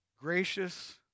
gracious